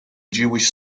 jewish